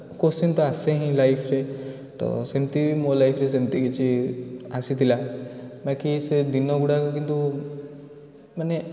question ତ ଆସେ ହିଁ ଲାଇଫ୍ରେ ତ ସେମିତି ମୋ ଲାଇଫ୍ରେ ସେମିତି କିଛି ଆସିଥିଲା ବାକି ସେଦିନଗୁଡ଼ାକ କିନ୍ତୁ ମାନେ